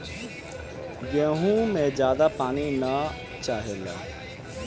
गेंहू में ज्यादा पानी ना चाहेला